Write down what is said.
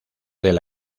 del